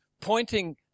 pointing